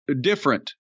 different